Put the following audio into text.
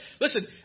Listen